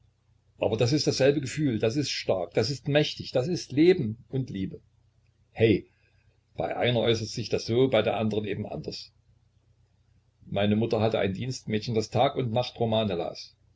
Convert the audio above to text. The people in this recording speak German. aber das ist dasselbe gefühl das ist stark das ist mächtig das ist leben und liebe heh bei einer äußert sich das so bei der andern eben anders meine mutter hatte ein dienstmädchen das tag und nacht romane las